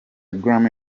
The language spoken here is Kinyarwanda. grammy